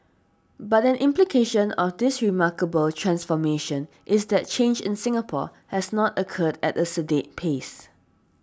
but an implication of this remarkable transformation is that change in Singapore has not occurred at a sedate pace